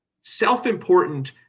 self-important